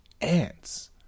ants